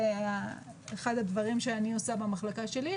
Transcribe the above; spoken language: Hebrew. זה אחד הדברים שאני עושה במחלקה שלי,